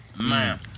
Man